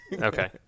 okay